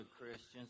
Christians